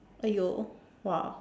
!aiyo! !wah!